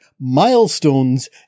milestones